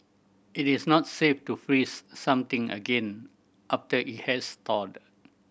it is not safe to freeze something again after it has thawed